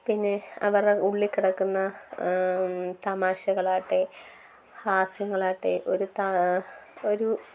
പിന്നെ അവരുടെ ഉള്ളിൽ കിടക്കുന്ന താമശകളാട്ടെ ഹാസ്യങ്ങളാട്ടെ ഒരു താ ഒരു